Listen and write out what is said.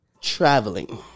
Traveling